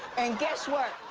and guess what.